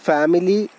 Family